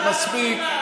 מספיק.